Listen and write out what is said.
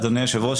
אדוני היושב ראש,